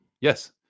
Yes